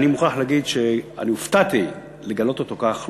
ואני מוכרח להגיד שאני הופתעתי לגלות אותו כך,